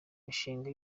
mishinga